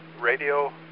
radio